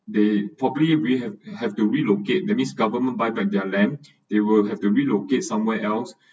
they probably we have have to relocate that means government buy back their land they will have to relocate somewhere else